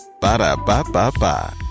Ba-da-ba-ba-ba